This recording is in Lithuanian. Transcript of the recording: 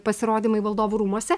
pasirodymai valdovų rūmuose